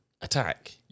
attack